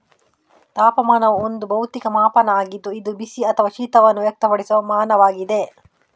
ತಾಪಮಾನವು ಒಂದು ಭೌತಿಕ ಮಾಪನ ಆಗಿದ್ದು ಇದು ಬಿಸಿ ಅಥವಾ ಶೀತವನ್ನು ವ್ಯಕ್ತಪಡಿಸುವ ಮಾನವಾಗಿದೆ